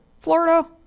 Florida